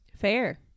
Fair